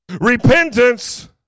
Repentance